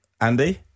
Andy